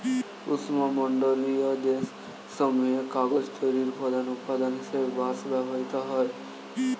উষ্ণমণ্ডলীয় দেশ সমূহে কাগজ তৈরির প্রধান উপাদান হিসেবে বাঁশ ব্যবহৃত হয়